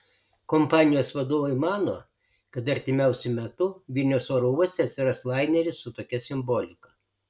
kompanijos vadovai mano kad artimiausiu metu vilniaus oro uoste atsiras laineris su tokia simbolika